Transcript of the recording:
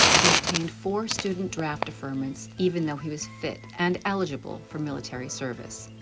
he obtained four student draft deferments even though he was fit and eligible for military service.